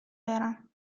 برم